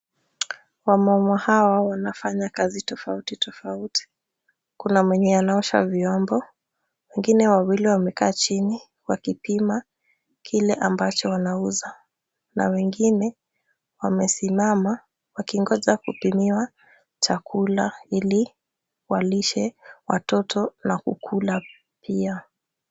Wamama hawa wanafanya kazi tofauti tofauti. Kuna mwenye anaosha vyombo, wengine wawili wamekaa chini wakipima kile ambacho wanauza na wengine wamesimama wakingonja kupimiwa chakula ili walishe watoto na kukula pia.